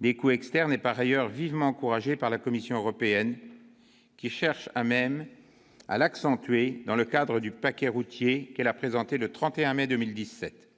des coûts externes est par ailleurs vivement encouragée par la Commission européenne, qui cherche même à l'accentuer dans le cadre du paquet routier qu'elle a présenté le 31 mai 2017.